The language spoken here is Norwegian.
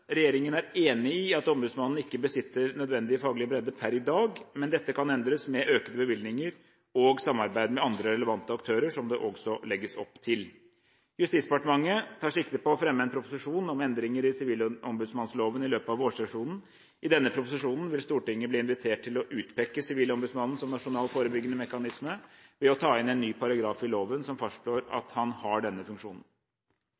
Regjeringen er enig i at ombudsmannen ikke besitter nødvendig faglig bredde per i dag, men dette kan endres med økte bevilgninger og samarbeid med andre relevante aktører, som det også legges opp til. Justisdepartementet tar sikte på å fremme en proposisjon om endringer i sivilombudmannsloven i løpet av vårsesjonen. I denne proposisjonen vil Stortinget bli invitert til å utpeke Sivilombudsmannen som nasjonal forebyggende mekanisme ved å ta inn en ny paragraf i loven som fastslår